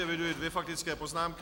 Eviduji dvě faktické poznámky.